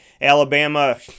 Alabama